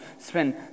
spend